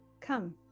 Come